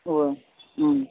उहो